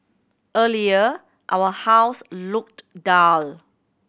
earlier our house looked dull